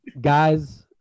Guys